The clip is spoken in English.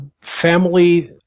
Family